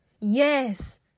Yes